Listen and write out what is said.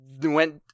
went